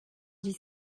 dix